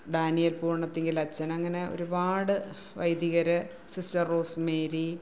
Daniel Ponathinkal അച്ഛൻ അങ്ങനെ ഒരുപാട് വൈദികര് സിസ്റ്റർ റോസ്മേരി